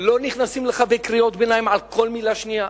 לא נכנסים לך בקריאות ביניים על כל מלה שנייה.